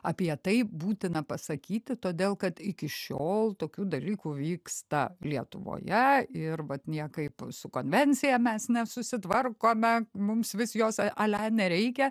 apie tai būtina pasakyti todėl kad iki šiol tokių dalykų vyksta lietuvoje ir vat niekaip su konvencija mes nesusitvarkome mums vis jos ale nereikia